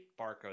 Barco